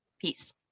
peace